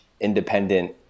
independent